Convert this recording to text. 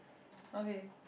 okay